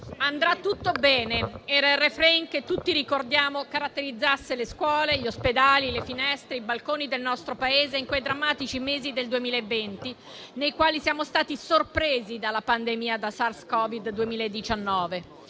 "andrà tutto bene" era il *refrain* che tutti ricordiamo caratterizzare le scuole, gli ospedali, le finestre e i balconi del nostro Paese in quei drammatici mesi del 2020, nei quali siamo stati sorpresi dalla pandemia da SARS-Covid 2019.